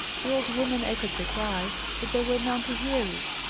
the old woman echoed the cry but there were none to hear it,